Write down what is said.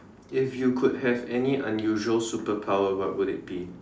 if you could have any unusual superpower what would it be